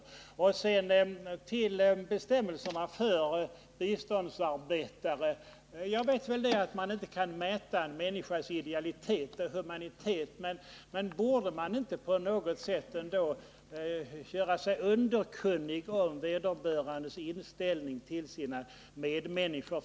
Jag vill återkomma till frågan om bestämmelserna för biståndsarbetare. Naturligtvis är jag medveten om att man inte kan mäta en människas idealitet eller humanitet, men borde man inte när det gäller sådan här personal på något sätt göra sig underkunnig om vederbörandes inställning till sina medmänniskor?